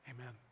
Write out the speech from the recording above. Amen